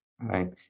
Right